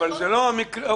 אבל זה לא המקרה.